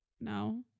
no